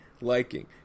liking